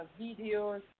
videos